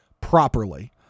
properly